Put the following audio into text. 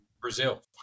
Brazil